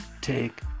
take